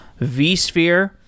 vSphere